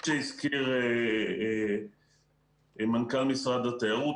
כפי שהזכיר מנכ"ל משרד התיירות,